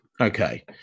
Okay